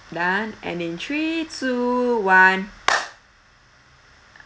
done and in three two one